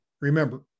Remember